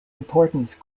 importance